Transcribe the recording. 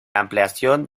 ampliación